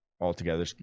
altogether